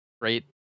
great